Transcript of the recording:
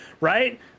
right